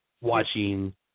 watching